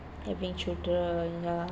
having children ya